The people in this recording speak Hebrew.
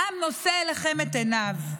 העם נושא אליכם את עיניו.